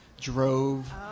drove